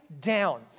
down